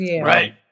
right